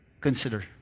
consider